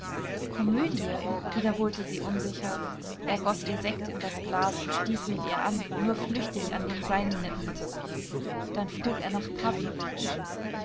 komödie wiederholte sie unsicher er goß ihr sekt in das glas und stieß mit ihr an nur flüchtig an dem seinen nippend dann frug er nach